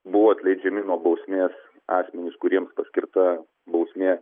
buvo atleidžiami nuo bausmės asmenys kuriems paskirta bausmė